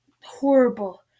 Horrible